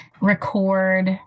record